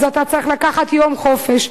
אז אתה צריך לקחת יום חופש.